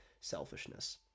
selfishness